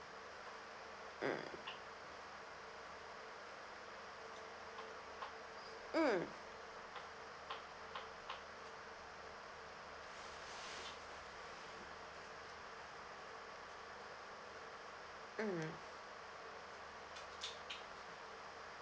mm mm mm